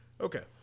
Okay